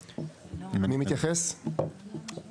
ואם ההרשאה בעצם מוגשת באמצעות המוטב,